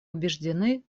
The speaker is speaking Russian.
убеждены